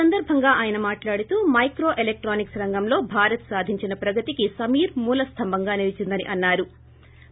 సందర్భంగా తాయన మాట్లాడుతూ మైక్రో ఎలక్షానిక్స్ రంగంలో భారత్ సాధించిన ప్రగతికి సమీర్ మూల స్తంబంగా నిలీచిందని అన్నారు